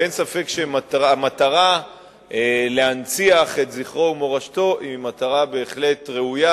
אין ספק שהמטרה להנציח את זכרו ומורשתו היא מטרה בהחלט ראויה,